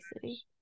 City